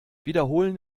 wiederholen